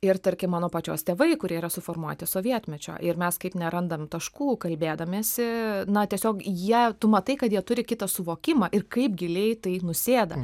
ir tarkim mano pačios tėvai kurie yra suformuoti sovietmečio ir mes kaip nerandam taškų kalbėdamiesi na tiesiog jie tu matai kad jie turi kitą suvokimą ir kaip giliai tai nusėda